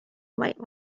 light